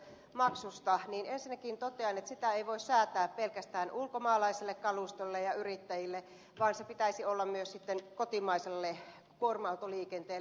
ensinnäkin totean että sitä ei voi säätää pelkästään ulkomaalaiselle kalustolle ja yrittäjille vaan sen pitäisi olla myös sitten kotimaiselle kuorma autoliikenteelle